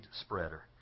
spreader